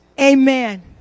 amen